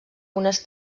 unes